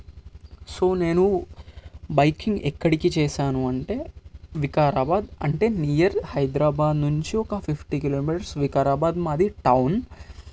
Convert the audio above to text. so నేను biking ఎక్కడికి చేశాను అంటే వికారాబాద్ అంటే నియర్ హైదరాబాద్ నుంచి ఒక ఫిఫ్టీ కిలోమీటర్స్ వికారాబాద్ మాది టౌన్